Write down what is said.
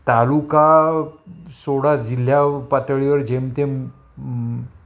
तालुका सोडा जिल्ह्या पातळीवर जेमतेम